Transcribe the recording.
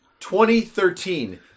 2013